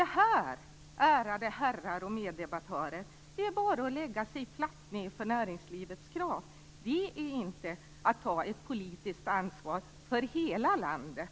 Det här, ärade herrar och meddebattörer, är bara att lägga sig platt för näringslivets krav. Det är inte att ta ett politiskt ansvar för hela landet.